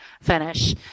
finish